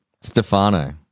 Stefano